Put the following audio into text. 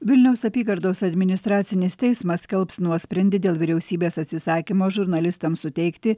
vilniaus apygardos administracinis teismas skelbs nuosprendį dėl vyriausybės atsisakymo žurnalistams suteikti